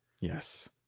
Yes